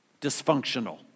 dysfunctional